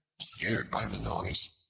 scared by the noise,